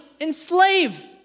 enslave